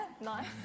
nice